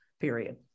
Period